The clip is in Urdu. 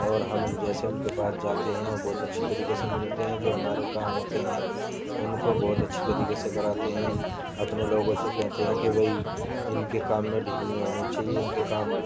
اور ہم جیسے ان کے پاس جاتے ہیں وہ بہت اچھی طریقے سے ملتے ہیں جو ہمارے کام ہوتے ہیں ان کو بہت اچھی طریقے سے کراتے ہیں اپنے لوگوں سے کہتے ہیں کہ بھائی ان کے کام میں ڈھیل نہیں ہونی چاہیے ان کے کام